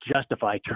justify